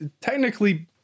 technically